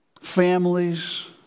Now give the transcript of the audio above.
families